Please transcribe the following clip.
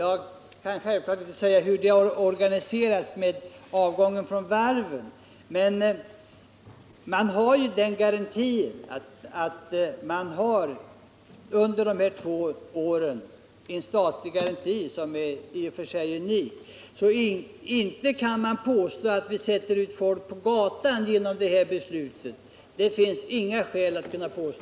Jag kan inte säga hur avgången från varven har organiserats, men det finns ändå en — om också nyinförd — unik statlig sysselsättningsgaranti, som gäller under två år. Det finns alltså inte någon grund för att påstå att vi ställer folk på gatan genom detta beslut.